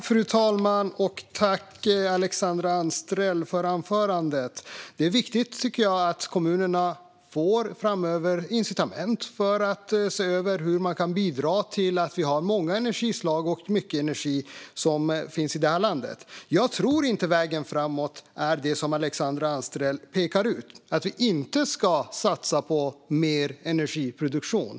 Fru talman! Tack för anförandet, Alexandra Anstrell! Det är viktigt att kommunerna framöver får incitament för att se över hur de kan bidra till att vi har många energislag och mycket energi i det här landet. Jag tror inte att vägen framåt är den som Alexandra Anstrell pekar ut, det vill säga att vi inte ska satsa på mer energiproduktion.